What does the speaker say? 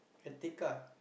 Retica